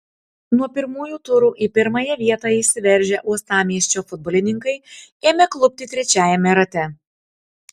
nuo pirmųjų turų į pirmąją vietą išsiveržę uostamiesčio futbolininkai ėmė klupti trečiajame rate